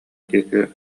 диэки